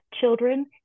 children